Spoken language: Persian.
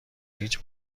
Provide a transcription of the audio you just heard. هیچ